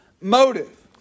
motive